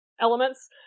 elements